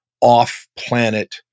off-planet